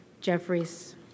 Jeffries